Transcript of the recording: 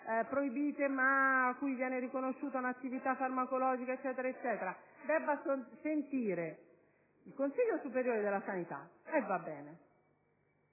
proibite, ma alle quali viene riconosciuta un'attività farmacologica - debba sentire il Consiglio superiore della sanità - ed